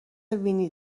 وینی